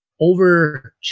Over